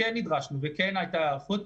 כן נדרשנו וכן הייתה היערכות.